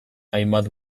hainbat